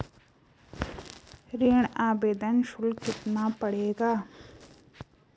ऋण आवेदन शुल्क कितना पड़ेगा?